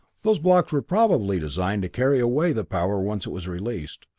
those blocks were probably designed to carry away the power once it was released.